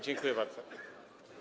Dziękuję bardzo.